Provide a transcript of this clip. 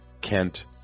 Kent